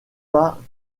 pas